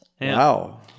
Wow